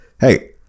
Hey